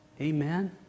Amen